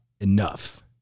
enough